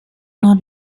not